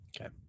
Okay